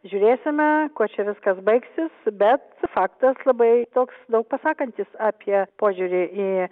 žiūrėsime kuo čia viskas baigsis bet faktas labai toks daug pasakantis apie požiūrį į